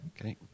Okay